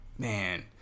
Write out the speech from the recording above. Man